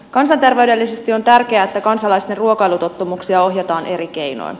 kansanterveydellisesti on tärkeää että kansalaisten ruokailutottumuksia ohjataan eri keinoin